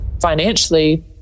financially